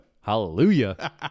Hallelujah